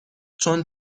چون